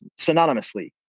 synonymously